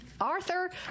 Arthur